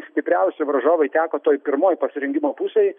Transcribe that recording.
stipriausi varžovai teko toj pirmoj pasirengimo pusėj